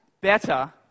better